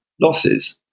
losses